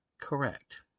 correct